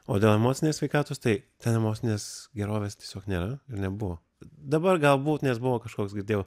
o dėl emocinės sveikatos tai ten emocinės gerovės tiesiog nėra ir nebuvo dabar galbūt nes buvo kažkoks girdėjau